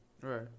Right